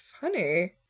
funny